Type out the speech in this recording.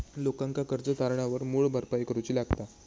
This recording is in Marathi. लोकांका कर्ज तारणावर मूळ भरपाई करूची लागता